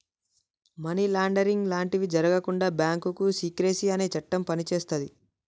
money laundering లాంటివి జరగకుండా bank secrecy అనే చట్టం పనిచేస్తది